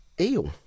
Eel